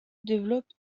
développe